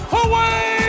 away